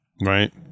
Right